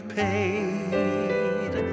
paid